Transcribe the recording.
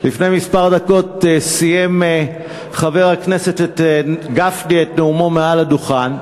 לפני כמה דקות סיים חבר הכנסת גפני את נאומו מעל הדוכן,